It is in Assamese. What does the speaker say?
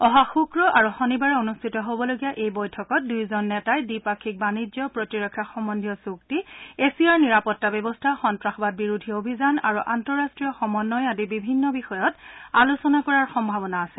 অহা শুক্ৰ আৰু শনিবাৰে অনুষ্ঠিত হ'বলগীয়া এই বৈঠকত দুয়োজন নেতাই দ্বিপাক্ষীক বাণিজ্য প্ৰতিৰক্ষা সম্বন্ধীয় চুক্তি এছিয়াৰ নিৰাপত্তা ব্যৱস্থা সন্তাসবাদ বিৰোধী অভিযান আৰু আন্তঃৰাষ্ট্ৰীয় সমন্নয় আদি বিভিন্ন বিষয়ত আলোচনা কৰাৰ সম্ভাৱনা আছে